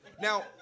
Now